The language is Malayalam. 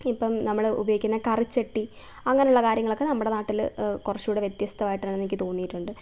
ഇപ്പം നമ്മൾ ഉപയോഗിക്കുന്ന കറിച്ചട്ടി അങ്ങനെയുള്ള കാര്യങ്ങളൊക്കെ നമ്മുടെ നാട്ടിൽ കുറച്ചുകൂടി വ്യത്യസ്തമായിട്ടാണെന്ന് എനിക്ക് തോന്നിയിട്ടുണ്ട്